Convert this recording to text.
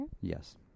Yes